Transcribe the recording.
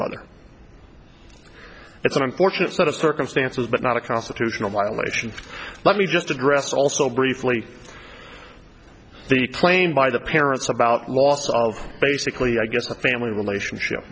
mother it's an unfortunate set of circumstances but not a constitutional violation let me just address also briefly the claim by the parents about loss of basically i guess a family relationship